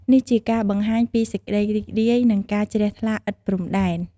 នេះជាការបង្ហាញពីសេចក្តីរីករាយ និងការជ្រះថ្លាឥតព្រំដែន។